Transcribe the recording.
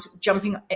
jumping